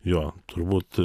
jo turbūt